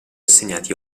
assegnati